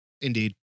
Indeed